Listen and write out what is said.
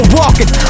walking